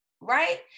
right